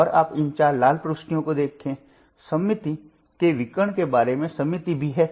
और आप इन चार लाल प्रविष्टियों को देखें सममिति के विकर्ण के बारे में सममिति भी है